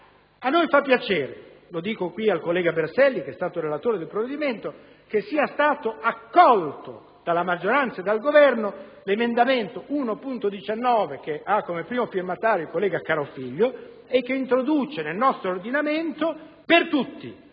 A noi fa piacere (lo dico qui al collega Berselli, che è stato relatore del provvedimento) che sia stato accolto dalla maggioranza e dal Governo l'emendamento 1.19, che ha come primo firmatario il collega Carofiglio. L'emendamento comporta per tutti,